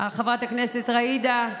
חברת הכנסת ג'ידא,